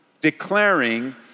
Declaring